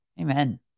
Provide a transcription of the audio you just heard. Amen